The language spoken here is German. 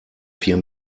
vier